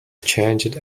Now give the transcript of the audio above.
changed